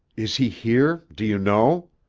is he here, do you know?